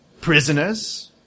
prisoners